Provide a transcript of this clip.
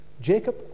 Jacob